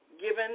given